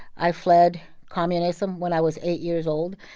i fled communism when i was eight years old.